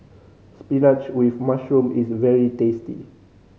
spinach with mushroom is very tasty